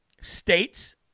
states